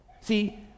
See